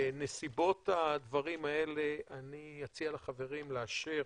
בנסיבות הדברים האלה, אני אציע לחברים לאשר